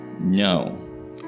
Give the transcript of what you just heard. No